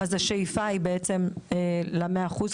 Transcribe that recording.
אז השאיפה היא, בעצם, ל-100% בענפים.